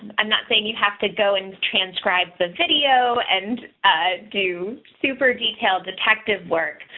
and i'm not saying you have to go and transcribe the video and do super detailed detective work.